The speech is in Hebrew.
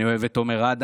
אני אוהב את עומר אדם,